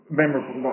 memorable